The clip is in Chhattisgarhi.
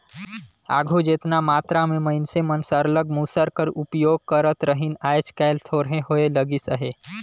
आघु जेतना मातरा में मइनसे मन सरलग मूसर कर उपियोग करत रहिन आएज काएल थोरहें होए लगिस अहे